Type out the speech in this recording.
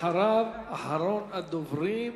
אחריו, אחרון הדוברים,